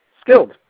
skilled